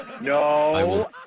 No